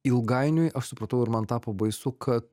ilgainiui aš supratau ir man tapo baisu kad